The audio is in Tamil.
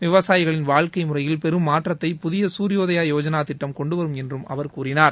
விவசாயிகளின் வாழ்க்கை முறையில் பெரும் மாற்றத்தை புதிய சூர்யோதய யோஜனா திட்டம் கொண்டுவரும் என்று அவர் கூறினார்